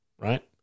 right